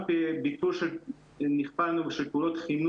נכפה עלינו גם ביטול של פעילויות חינוך,